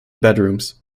bedrooms